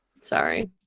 Sorry